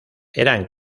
eran